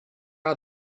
are